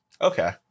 Okay